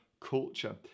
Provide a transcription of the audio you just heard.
culture